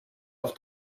auf